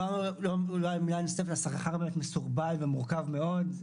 מילה נוספת על השכר, הוא מסורבל ומורכב מאוד.